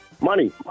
Money